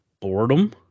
boredom